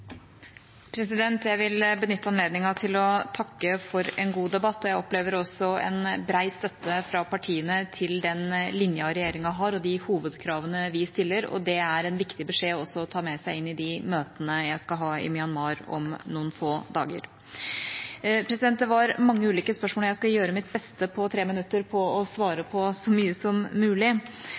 støtte fra partiene til den linja regjeringa har og de hovedkravene vi stiller, og det er en viktig beskjed å ta med seg inn i de møtene jeg skal ha i Myanmar om noen få dager. Det var mange ulike spørsmål, og jeg skal gjøre mitt beste for – på tre minutter – å svare på så mye som mulig.